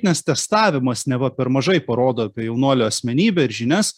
nes testavimas neva per mažai parodo jaunuolio asmenybę ir žinias